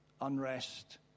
unrest